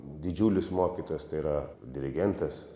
didžiulis mokytojas tai yra dirigentas